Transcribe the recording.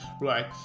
Right